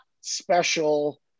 special